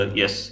yes